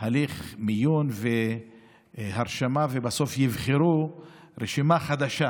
הליך מיון והרשמה, ובסוף יבחרו רשימה חדשה